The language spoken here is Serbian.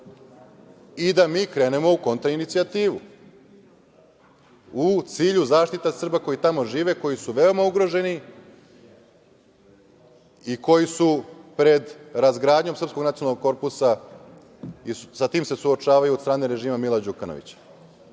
i da mi krenemo u kontrainicijativu u cilju zaštite Srba koji tamo žive, koji su veoma ugroženi i koji su pred razgradnjom srpskog nacionalnog korpusa i sa tim se suočavaju od strane režima Mila Đukanovića.